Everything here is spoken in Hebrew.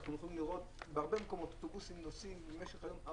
אנחנו יכולים לראות בהרבה מקומות אוטובוסים נוסעים במשך היום,